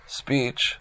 speech